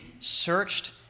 searched